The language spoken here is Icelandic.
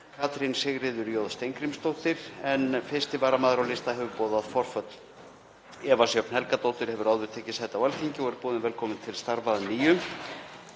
Katrín Sigríður J. Steingrímsdóttir, en 1. varamaður á lista hefur boðað forföll. Eva Sjöfn Helgadóttir hefur áður tekið sæti á Alþingi og er boðin velkomin til starfa að nýju